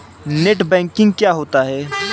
Net banking क्या होता है?